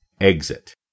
exit